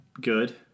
good